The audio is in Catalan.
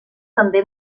també